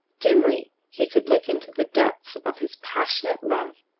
dimly he could look into the depths of his passionate love,